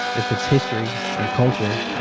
if it's history and culture,